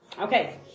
Okay